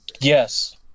Yes